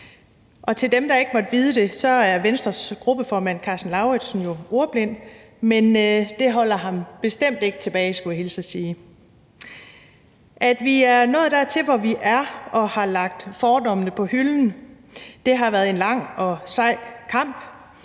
Til dem, der ikke måtte vide det, er Venstres gruppeformand, Karsten Lauritzen, jo ordblind, men det holder ham bestemt ikke tilbage, skulle jeg hilse at sige. At vi er nået dertil, hvor vi er, og har lagt fordommene på hylden, har været en lang og sej kamp,